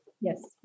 Yes